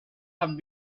have